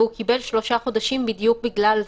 והוא קיבל שלושה חודשים בדיוק בגלל זה.